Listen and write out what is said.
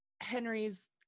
Henry's